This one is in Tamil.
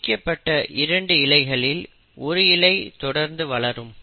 பிரிக்கப்பட்ட இரண்டு இழைகளில் ஒரு இழை தொடர்ந்து வளரும்